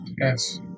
Yes